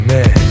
Man